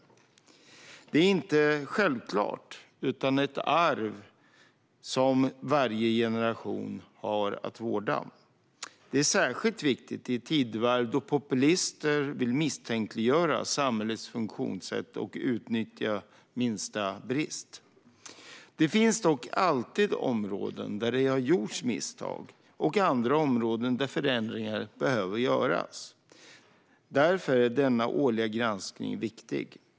Detta är inte något självklart utan ett arv som varje generation har att vårda. Det är särskilt viktigt i ett tidevarv då populister vill misstänkliggöra samhällets funktionssätt och utnyttja minsta brist. Det finns dock alltid områden där det har gjorts misstag och andra områden där förändringar behöver göras. Därför är denna årliga granskning viktig.